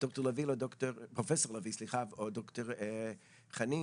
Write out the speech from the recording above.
לדבריהם של פרופ' לביא וד"ר חנין?